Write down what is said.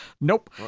Nope